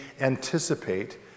anticipate